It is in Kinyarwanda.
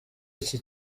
iki